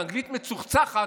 באנגלית מצוחצחת,